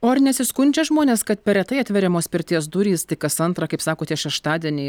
o ar nesiskundžia žmonės kad per retai atveriamos pirties durys tik kas antrą kaip sakote šeštadienį